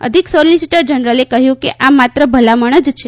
અધિક સોલીસીટર જનરલે કહ્યું કે આ માત્ર ભલામણ જ છે